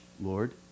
Lord